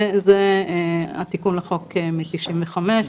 זה התיקון לחוק מ-1995.